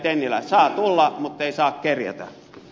tennilä saa tulla mutta ei saa kerjätä